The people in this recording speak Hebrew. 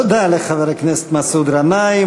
תודה לחבר הכנסת מסעוד גנאים.